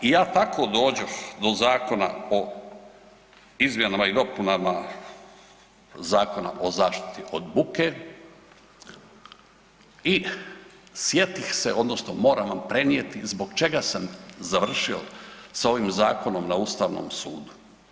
I ja tako dođoh do zakona o izmjenama i dopunama Zakona o zaštiti buke i sjetih se odnosno moram vam prenijeti zbog čega sam završio sa ovim zakonom na Ustavnom sudu.